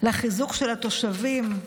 לחיזוק של התושבים,